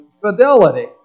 fidelity